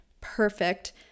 perfect